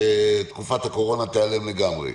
שתקופת הקורונה תיעלם לגמרי.